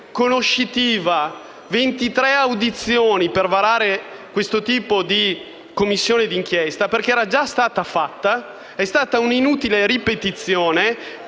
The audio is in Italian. conoscitiva, con 23 audizioni, per varare questo tipo di Commissione d'inchiesta, perché era già stata fatta. Si è trattato di un'inutile ripetizione,